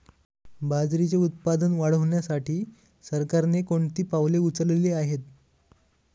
बाजरीचे उत्पादन वाढविण्यासाठी सरकारने कोणती पावले उचलली आहेत?